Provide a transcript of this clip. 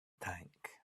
tank